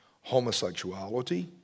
homosexuality